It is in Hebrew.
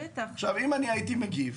אם הייתי מגיב,